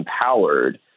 empowered